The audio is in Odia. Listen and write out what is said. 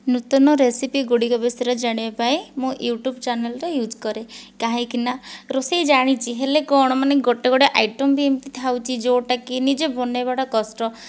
ନୂତନ ରେସିପିଗୁଡ଼ିକ ବିଷୟରେ ଜାଣିବା ପାଇଁ ମୁଁ ୟୁଟ୍ୟୁବ୍ ଚ୍ୟାନେଲ୍ର ୟୁଜ୍ କରେ କାହିଁକିନା ରୋଷେଇ ଜାଣିଛି ହେଲେ କ'ଣ ମାନେ ଗୋଟିଏ ଗୋଟିଏ ଆଇଟମ୍ବି ଏମିତି ଥାଉଛି ଯେଉଁଟାକି ନିଜେ ବନାଇବାଟା କଷ୍ଟ